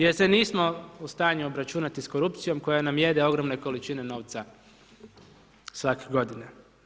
Jer se nismo u stanju obračunati sa korupcijom koja nam jede ogromne količine novca svake godine.